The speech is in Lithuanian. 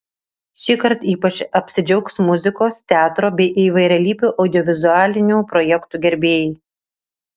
šįkart ypač apsidžiaugs muzikos teatro bei įvairialypių audiovizualinių projektų gerbėjai